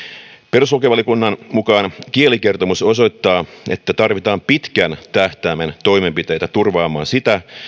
perustuslakivaliokunnan mukaan kielikertomus osoittaa että tarvitaan pitkän tähtäimen toimenpiteitä turvaamaan sitä